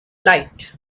light